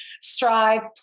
strive